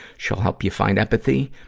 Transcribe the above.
she'll help you find epathy,